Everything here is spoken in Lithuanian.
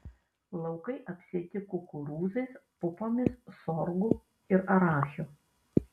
laukai apsėti kukurūzais pupomis sorgu ir arachiu